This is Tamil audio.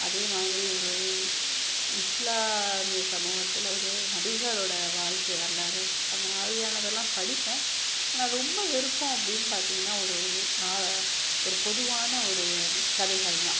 அதே மாதிரி ஒரு இஸ்லாமிய சமூகத்தில் ஒரு நபிகளோட வாழ்க்கை வரலாறு அந்த மாதிரியானதெல்லாம் படிப்பேன் ஆனால் ரொம்ப விருப்பம் அப்படின்னு பார்த்தீங்கன்னா ஒரு நான் ஒரு பொதுவான ஒரு கதைகள் தான்